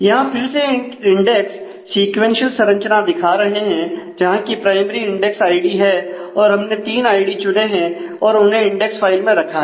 यहां फिर से इंडेक्स सीक्वेंशियल संरचना दिखा रहे हैं जहां की प्राइमरी इंडेक्स आईडी है और हमने तीन आईडी चुने हैं और उन्हें इंडेक्स फाइल में रखा है